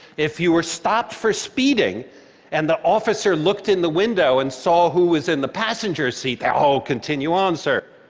if you were stopped for speeding and the officer looked in the window and saw who was in the passenger seat, then, oh, continue on, sir.